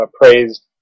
praised